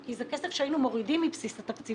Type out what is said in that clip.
כי זה כסף שהיינו מורידים מבסיס התקציב